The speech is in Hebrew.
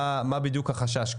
מה בדיוק החשש.